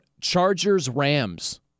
Chargers-Rams